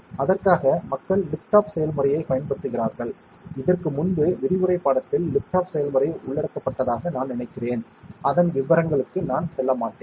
எனவே அதற்காக மக்கள் லிஃப்ட் ஆஃப் செயல்முறையைப் பயன்படுத்துகிறார்கள் இதற்கு முன்பு விரிவுரைப் பாடத்தில் லிஃப்ட் ஆஃப் செயல்முறை உள்ளடக்கப்பட்டதாக நான் நினைக்கிறேன் அதன் விவரங்களுக்கு நான் செல்லமாட்டேன்